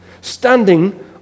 standing